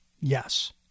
yes